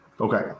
Okay